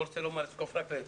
לא רוצה לזקוף את זה רק לי,